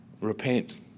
Repent